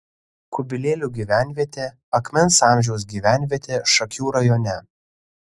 kubilėlių gyvenvietė akmens amžiaus gyvenvietė šakių rajone